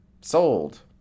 Sold